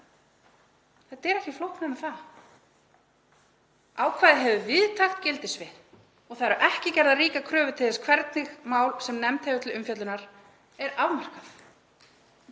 Þetta er ekki flóknara en það. Ákvæðið hefur víðtækt gildissvið og það eru ekki gerðar ríkar kröfur til þess hvernig mál, sem nefnd hefur til umfjöllunar, er afmarkað.